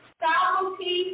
faculty